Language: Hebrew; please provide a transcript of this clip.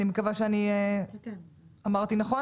הילה, את איתנו?